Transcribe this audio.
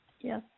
yes